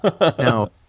No